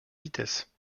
vitesse